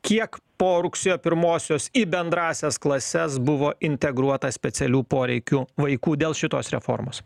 kiek po rugsėjo pirmosios į bendrąsias klases buvo integruotas specialių poreikių vaikų dėl šitos reformos